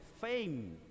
fame